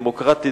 דמוקרטית,